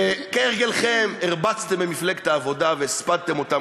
וכהרגלכם הרבצתם במפלגת העבודה והספדתם אותה.